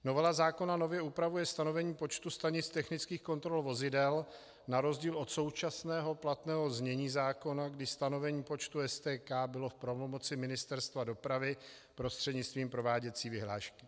Novela zákona nově upravuje stanovení počtu stanic technických kontrol vozidel na rozdíl od současného platného znění zákona, kdy stanovení počtu STK bylo v pravomoci Ministerstva dopravy prostřednictvím prováděcí vyhlášky.